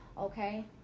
okay